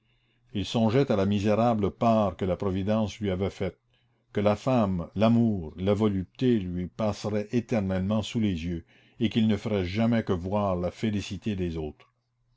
il songeait à la misérable part que la providence lui avait faite que la femme l'amour la volupté lui passeraient éternellement sous les yeux et qu'il ne ferait jamais que voir la félicité des autres